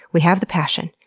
we have the passion,